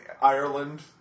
Ireland